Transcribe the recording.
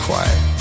quiet